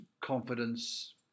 confidence